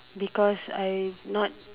because I not